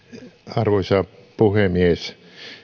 arvoisa puhemies